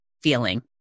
feeling